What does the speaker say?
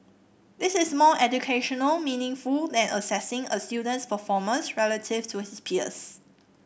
this is more educationally meaningful than assessing a student's performance relative to his peers